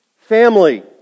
Family